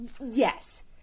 Yes